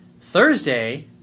Thursday